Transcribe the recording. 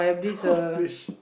horse fish